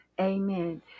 Amen